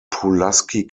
pulaski